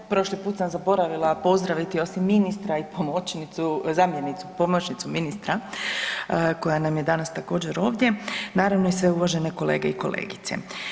Prošli put sam zaboravila pozdraviti osim ministra i pomoćnicu, zamjenicu, pomoćnicu ministra koja nam je danas također ovdje naravno i sve uvažene kolege i kolegice.